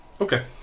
okay